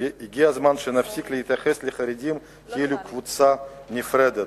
הגיע הזמן שנפסיק להתייחס לחרדים כאל קבוצה נפרדת.